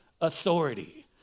authority